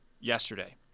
yesterday